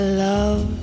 love